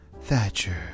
Thatcher